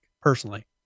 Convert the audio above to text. personally